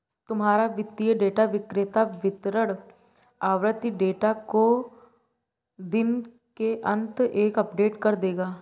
तुम्हारा वित्तीय डेटा विक्रेता वितरण आवृति डेटा को दिन के अंत तक अपडेट कर देगा